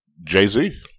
Jay-Z